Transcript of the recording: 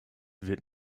wird